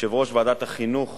יושב-ראש ועדת החינוך,